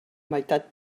meitat